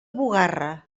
bugarra